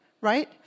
right